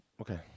Okay